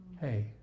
Hey